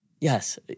Yes